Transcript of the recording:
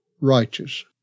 righteous